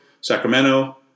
Sacramento